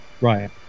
Right